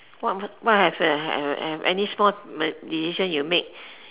what what have a have have any small uh decision you make